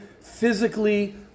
physically